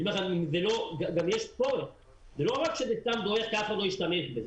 זה לא רק שהמרכז סתם דועך כי אף אחד לא משתמש בו.